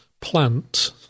plant